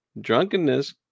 drunkenness